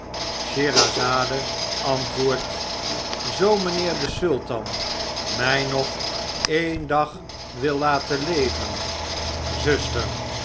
scheherazade antwoordt zoo mijnheer de sultan my nog een dag wil laten leven zuster